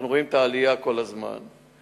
אנחנו רואים כל הזמן עלייה.